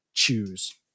choose